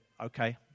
okay